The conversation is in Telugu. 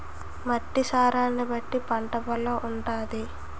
మట్టి సారాన్ని బట్టి పంట బలం ఉంటాది